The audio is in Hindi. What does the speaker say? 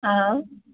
हाँ